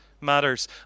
matters